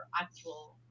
actual